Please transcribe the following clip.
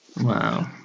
Wow